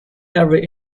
every